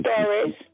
stories